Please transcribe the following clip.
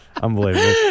Unbelievable